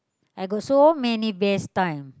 I got so many best time